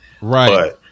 Right